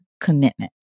commitment